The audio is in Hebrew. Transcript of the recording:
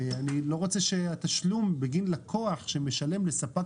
אני לא רוצה שהתשלום בגין לקוח שמשלם לספק